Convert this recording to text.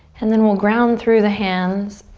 and then we'll ground through the hands.